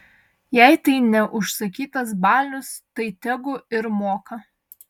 jei tai ne užsakytas balius tai tegu ir moka